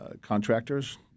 contractors